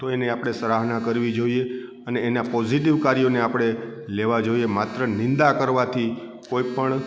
તો એને આપણે સરાહના કરવી જોઈએ અને એના પોઝીટીવ કાર્યોને આપણે લેવા જોઈએ માત્ર નિંદા કરવાથી કોઈ પણ